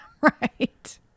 Right